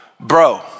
bro